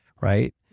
Right